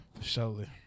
Surely